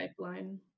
Pipeline